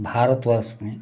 भारतवर्ष में